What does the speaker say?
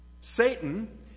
Satan